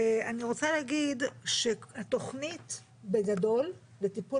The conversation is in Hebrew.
אני רוצה להגיד שהתוכנית בגדול לטיפול